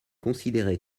considéré